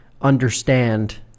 understand